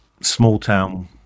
small-town